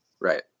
Right